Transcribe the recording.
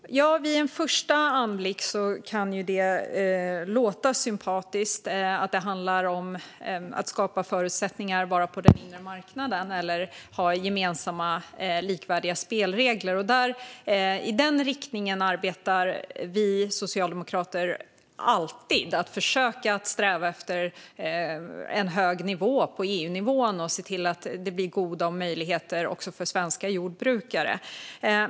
Fru talman! Vid en första anblick kan det synas sympatiskt att det handlar om att skapa förutsättningar på den inre marknaden eller att ha gemensamma, likvärdiga spelregler. I den riktningen arbetar vi socialdemokrater alltid: att försöka sträva efter en hög nivå på EU-nivån och se till att det blir goda möjligheter också för svenska jordbrukare.